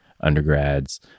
Undergrads